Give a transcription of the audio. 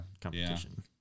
competition